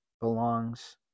belongs